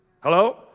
Hello